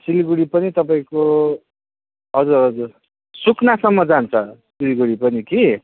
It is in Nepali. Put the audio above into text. सिलगढी पनि तपाईँको हजुर हजुर सुकनासम्म जान्छ सिलगढी पनि कि